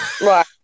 right